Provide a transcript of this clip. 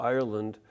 Ireland